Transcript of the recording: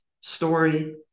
story